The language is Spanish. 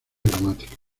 gramática